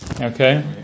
Okay